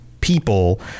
people